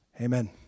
Amen